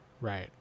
Right